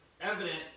evident